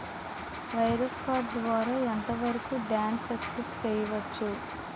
Wireless card ద్వారా ఎంత వరకు ట్రాన్ సాంక్షన్ చేయవచ్చు?